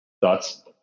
Thoughts